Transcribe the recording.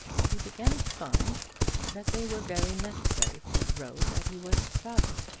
he began to find that they were very necessary for the road that he was to travel.